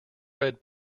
bread